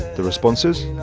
the responses.